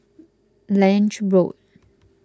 Lange Road